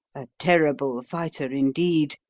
a terrible fighter, indeed!